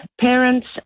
parents